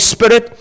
Spirit